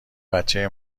بچه